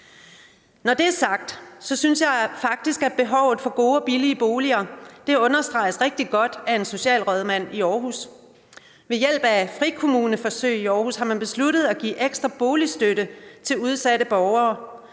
Når det er sagt, vil jeg sige, at jeg synes, at behovet for gode og billige boliger faktisk understreges rigtig godt af socialrådmanden i Aarhus. Ved hjælp af frikommuneforsøg i Aarhus har man besluttet at give ekstra boligstøtte til udsatte borgere,